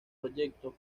proyecto